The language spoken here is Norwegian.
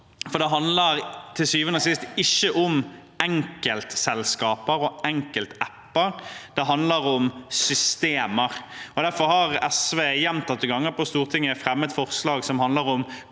syvende og sist ikke om enkeltselskaper og enkeltapper; det handler om systemer. Derfor har SV gjentatte ganger på Stortinget fremmet forslag som handler om